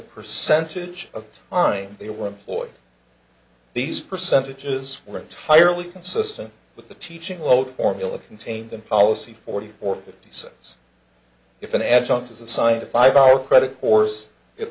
percentage of time they were employed these percentages were entirely consistent with the teaching load formula contained in policy forty or fifty cents if an adjunct is assigned a five hour credit course it